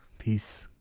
peace.